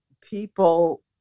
people